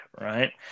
Right